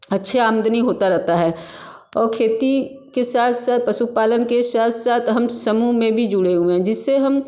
अच्छी आमदनी होता रहता है और खेती के साथ साथ पशुपालन के साथ साथ हम समूह में भी जुड़े हुए हैं जिससे हम